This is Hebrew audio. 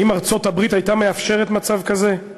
האם ארצות-הברית הייתה מאפשרת מצב כזה?